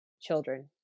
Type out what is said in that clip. children